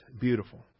beautiful